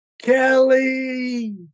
Kelly